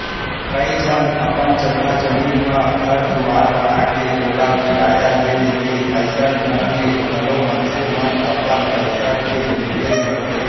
कइ झन अपन जघा जमीन म घर दुवार बनाके ओला किराया दे देथे अइसन ढंग ले घलौ मनसे मन अपन पइसा के निवेस करथे